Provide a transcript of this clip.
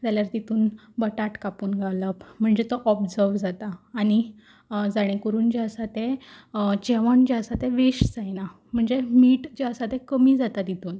जाल्यार तितून बटाट कापून घालप म्हणजे तो ऑब्जर्व जाता आनी जाणें करून जें आसा तें जेवण जें आसा तें वेस्ट जायना म्हणजे मीठ जें आसा तें कमी जाता तितून